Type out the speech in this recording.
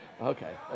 Okay